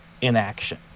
inaction